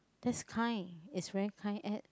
that's kind it's very kind at